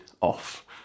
off